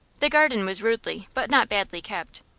the garden was rudely but not badly kept.